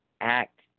act